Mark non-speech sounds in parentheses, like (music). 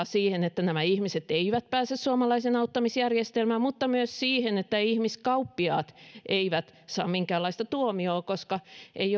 (unintelligible) siihen että nämä ihmiset eivät pääse suomalaiseen auttamisjärjestelmään mutta myös siihen että ihmiskauppiaat eivät saa minkäänlaista tuomiota koska ei (unintelligible)